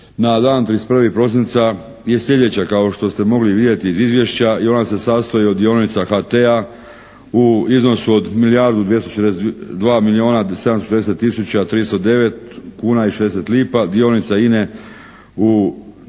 na dan 31. prosinca je sljedeća kao što ste mogli vidjeti iz izvješća i ona se sastoji od dionica HT-a u iznosu od milijardu 242 milijuna 760